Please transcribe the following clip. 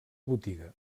botiga